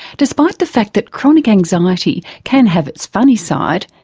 despite the fact that chronic anxiety can have its funny side,